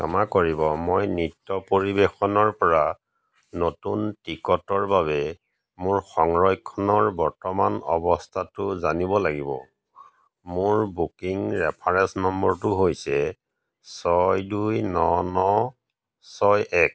ক্ষমা কৰিব মই নৃত্য পৰিৱেশনৰ পৰা নতুন টিকটৰ বাবে মোৰ সংৰক্ষণৰ বৰ্তমান অৱস্থাটো জানিব লাগিব মোৰ বুকিং ৰেফাৰেঞ্চ নম্বৰটো হৈছে ছয় দুই ন ন ছয় এক